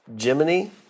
Jiminy